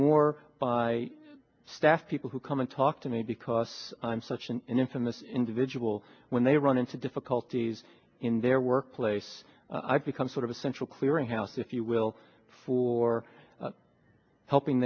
more by staff people who come and talk to me because i'm such an infamous individual when they run into difficulties in their workplace i've become sort of a central clearinghouse if you will for helping